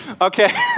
Okay